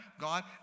God